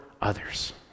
others